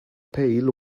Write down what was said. pail